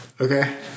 Okay